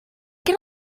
can